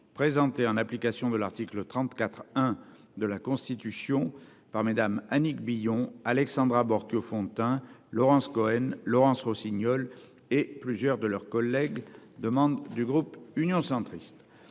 présentée en application de l'article 34 1 de la Constitution par madame Annick Billon Alexandra Borchio-Fontimp, Laurence Cohen, Laurence Rossignol et plusieurs de leurs collègues demande du groupe Union centriste.